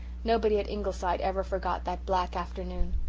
nobody at ingleside ever forgot that black afternoon.